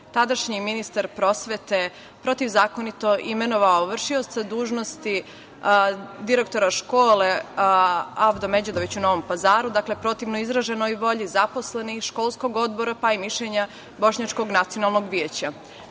tadašnji ministar prosvete protivzakonito imenovao vršioca dužnosti direktora škole „Avdo Međedović“ u Novom Pazaru. Dakle, protivno izraženoj volji zaposlenih, školskog odbora, pa i mišljenja Bošnjačkog nacionalnog